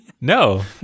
No